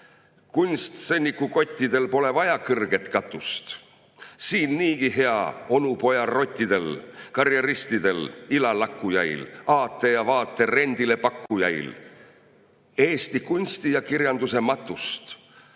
Kunstsõnniku kottidel pole vaja kõrget katust – siin niigi hea onupoja-rottidel, karjeristidel, ilalakkujail, aate ja vaate rendile pakkujail ... [Ent] kunsti ja kirjanduse matust